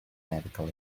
medical